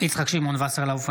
יצחק שמעון וסרלאוף,